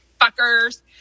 Fuckers